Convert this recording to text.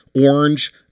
orange